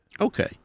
Okay